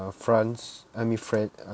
france I mean with fre~